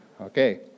Okay